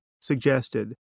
suggested